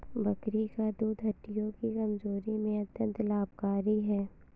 बकरी का दूध हड्डियों की कमजोरी में अत्यंत लाभकारी है